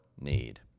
need